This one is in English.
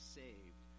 saved